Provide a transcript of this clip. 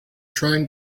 trying